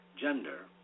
gender